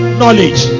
knowledge